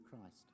Christ